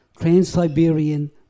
trans-siberian